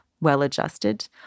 well-adjusted